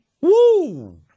Woo